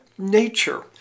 nature